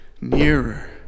nearer